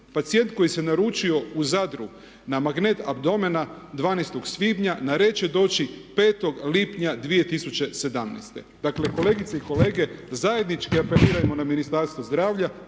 pacijent koji se naručio u Zadru na magnet abdomena 12.svibnja na red će doći 5.lipnja 2017. Dakle kolegice i kolege, zajednički apelirajmo na Ministarstvo zdravlja